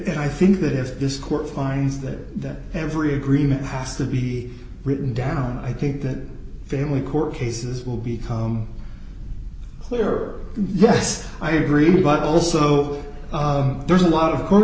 and i think that if this court finds that every agreement has to be written down i think that family court cases will become clearer yes i agree but also there's a lot of co